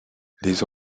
les